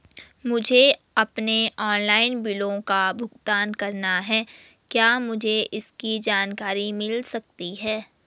मुझे अपने ऑनलाइन बिलों का भुगतान करना है क्या मुझे इसकी जानकारी मिल सकती है?